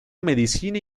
medicina